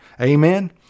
Amen